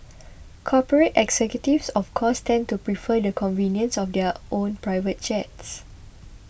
corporate executives of course tend to prefer the convenience of their own private jets